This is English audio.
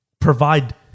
provide